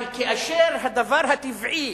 אבל כאשר הדבר הטבעי,